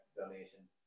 donations